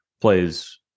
plays